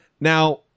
Now